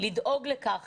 לדאוג לכך